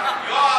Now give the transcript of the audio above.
יואב,